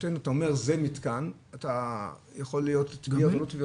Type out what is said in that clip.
אומר זה מִתְקן אז יכולות להיות תביעות.